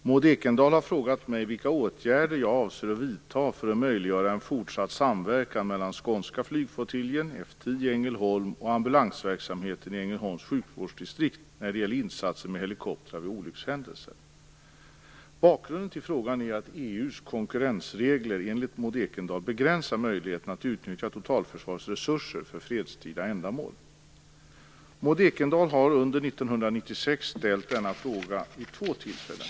Fru talman! Maud Ekendahl har frågat mig vilka åtgärder jag avser att vidta för att möjliggöra en fortsatt samverkan mellan Skånska flygflottiljen, F 10, i Ängelholm och ambulansverksamheten i Ängelholms sjukvårdsdistrikt när det gäller insatser med helikopter vid olyckshändelser. Bakgrunden till frågan är att EU:s konkurrensregler, enligt Maud Ekendahl, begränsar möjligheterna att utnyttja totalförsvarets resurser för fredstida ändamål. Maud Ekendahl har under år 1996 ställt denna fråga vid två tillfällen.